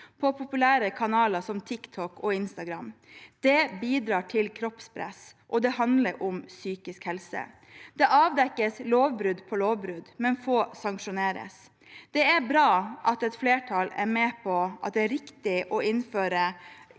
på populære kanaler som TikTok og Instagram. Det bidrar til kroppspress, og det handler om psykisk helse. Det avdekkes lovbrudd på lovbrudd, men få sanksjoneres. Det er bra at et flertall er med på at det er riktig å øke